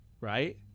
Right